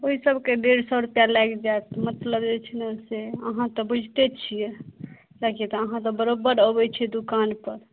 ओइ सबके डेढ़ सओ रुपैआ लागि जायत मतलब जे छै ने से अहाँ तऽ बुझिते छियै किेएक कि तऽ अहाँ तऽ बरोबर अबय छियै दुकानपर